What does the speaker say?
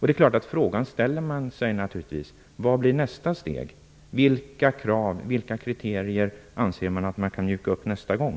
Det är klart att man ställer sig frågan: Vad blir nästa steg? Vilka kriterier anser man att man kan mjuka upp nästa gång?